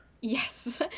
Yes